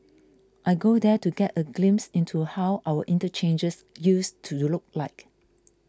I go there to get a glimpse into how our interchanges used to look like